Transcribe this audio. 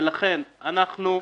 ולכן אנחנו,